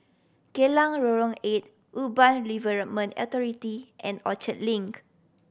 Geylang Lorong Eight Urban Redevelopment Authority and Orchard Link